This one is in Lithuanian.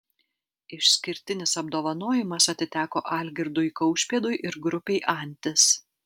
išskirtinis apdovanojimas atiteko algirdui kaušpėdui ir grupei antis